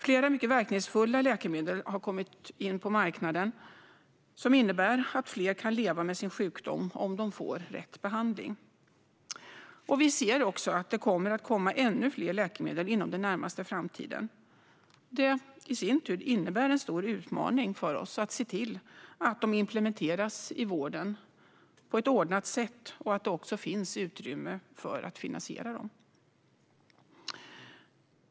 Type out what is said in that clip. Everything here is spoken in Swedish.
Flera verkningsfulla läkemedel har kommit ut på marknaden som innebär att fler kan leva med sin sjukdom om de får rätt behandling. Vi ser också att det kommer att komma ännu fler läkemedel inom den närmaste framtiden. Det innebär en stor utmaning för oss att se till att de implementeras i vården på ett ordnat sätt och att det finns utrymme för att finansiera dem.